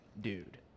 Dude